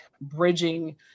bridging